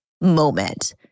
moment